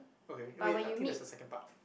okay wait I think there's a second part